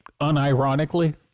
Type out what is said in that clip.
unironically